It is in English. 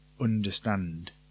understand